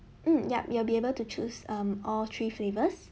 mm yup you'll be able to choose um all three flavours